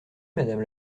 madame